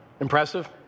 Impressive